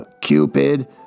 Cupid